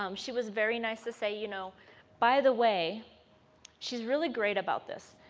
um she was very nice to say, you know by the way she is really great about this.